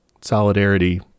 solidarity